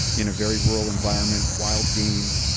in a very rural environment, wild game,